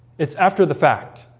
it's after the fact